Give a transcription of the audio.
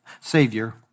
Savior